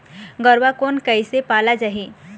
गरवा कोन कइसे पाला जाही?